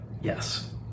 Yes